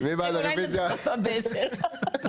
הצבעה בעד,